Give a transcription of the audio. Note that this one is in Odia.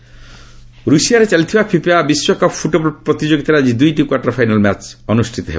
ଫିଫା ଡବ୍ଲ୍ୟୁସି ରୁଷିଆଠାରେ ଚାଲିଥିବା ଫିଫା ବିଶ୍ୱକପ୍ ଫୁଟବଲ ପ୍ରତିଯୋଗିତାରେ ଆକି ଦୁଇଟି କ୍ୱାର୍ଟର ଫାଇନାଲ୍ ମ୍ୟାଚ୍ ଅନୁଷ୍ଠିତ ହେବ